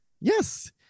Yes